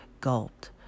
gulped